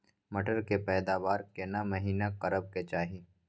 मटर के पैदावार केना महिना करबा के चाही?